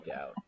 out